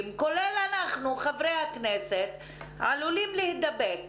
זאת אומרת,